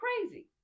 crazy